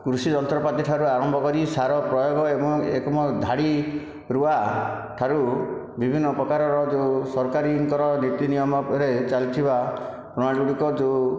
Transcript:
କୃଷି ଜନ୍ତ୍ରପାତିଠାରୁ ଆରମ୍ଭ କରି ସାର ପ୍ରୟୋଗ ଏବଂ ଏକମ ଧାଡ଼ି ରୁଆଠାରୁ ବିଭିନ୍ନ ପ୍ରକାରର ଯେଉଁ ସରକାରୀଙ୍କର ନୀତି ନିୟମରେ ଚାଲି ଥିବା ପ୍ରଣାଳୀ ଗୁଡ଼ିକ ଯେଉଁ